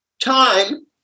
time